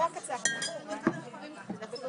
אנחנו מכירים את הנושא.